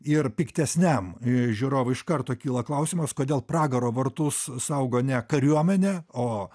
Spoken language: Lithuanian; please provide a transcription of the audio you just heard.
ir piktesniam žiūrovui iš karto kyla klausimas kodėl pragaro vartus saugo ne kariuomenė o